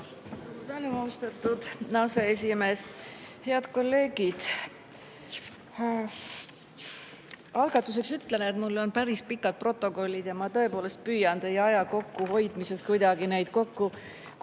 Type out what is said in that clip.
Suur tänu, austatud aseesimees! Head kolleegid! Algatuseks ütlen, et mul on päris pikad protokollid ja ma tõepoolest püüan teie aja kokkuhoidmiseks kuidagi neid kokku